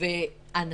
ולכן